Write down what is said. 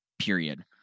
period